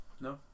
No